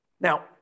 Now